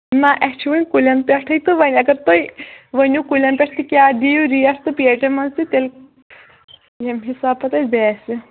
نہ اَسہِ چھُ وُنہِ کُلیٚن پیٚٹھٕے تہٕ وۅنۍ اَگر تُہۍ ؤنِو کُلیٚن پیٚٹھ تہٕ کیٛاہ دِیو ریٹ پیٹین منٛز تہٕ تیٚلہِ تہٕ ییٚمہِ حِسابہٕ پَتہٕ اَسہِ باسہِ